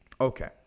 Okay